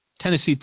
Tennessee